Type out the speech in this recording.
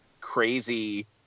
crazy